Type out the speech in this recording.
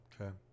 okay